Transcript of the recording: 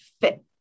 fit